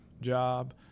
job